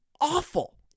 awful